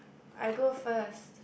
I go first